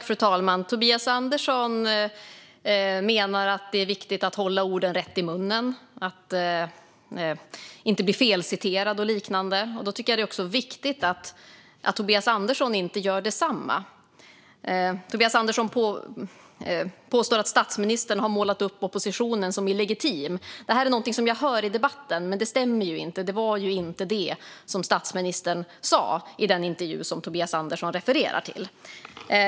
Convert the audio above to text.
Fru talman! Tobias Andersson menar att det är viktigt att lägga sina ord rätt, att inte felcitera och liknande. Då tycker jag att det också är viktigt att Tobias Andersson inte gör detsamma. Tobias Andersson påstår att statsministern har målat upp oppositionen som illegitim. Det här är någonting som jag hör i debatten, men det stämmer inte. Det var inte det som statsministern sa i den intervju som Tobias Andersson refererar till.